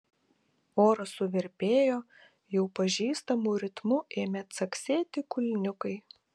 oras suvirpėjo jau pažįstamu ritmu ėmė caksėti kulniukai